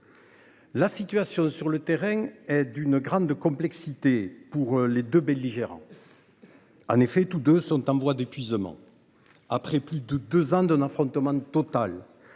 La situation sur le terrain est d’une grande complexité pour les deux belligérants. En effet, tous deux sont en voie d’épuisement après plus de deux ans d’un affrontement total,